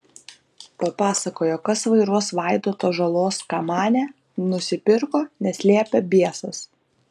papasakojo kas vairuos vaidoto žalos kamanę nusipirko nes liepė biesas